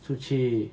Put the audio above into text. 出去